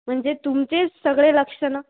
म्हणजे तुमचेच सगळे लक्षणं